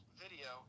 video